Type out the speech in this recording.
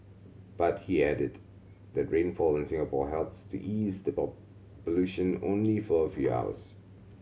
but he added that rainfall in Singapore helps to ease the pollution only for a few hours